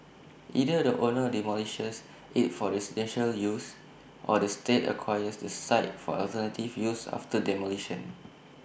either the owner demolishes IT for residential use or the state acquires the site for alternative use after demolition